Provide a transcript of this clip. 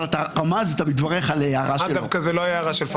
אבל רמזת בדבריך להערה שלו.